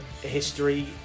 history